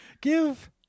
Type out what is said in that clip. give